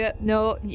no